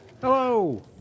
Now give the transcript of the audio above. Hello